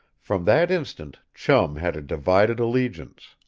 from that instant chum had a divided allegiance.